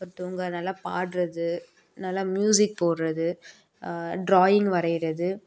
but இவங்க நல்லா பாடுறது நல்லா மியூசிக் போடுறது ட்ராயிங் வரைகிறது